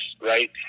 right